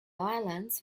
islands